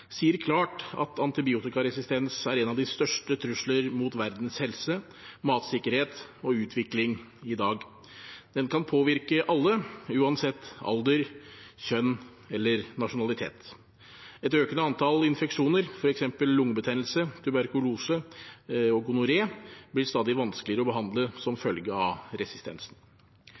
sier klart at antibiotikaresistens er en av de største trusler mot verdens helse, matsikkerhet og utvikling i dag. Den kan påvirke alle uansett alder, kjønn og nasjonalitet. Et økende antall infeksjoner, f.eks. lungebetennelse, tuberkulose og gonoré, blir stadig vanskeligere å behandle som følge av resistensen.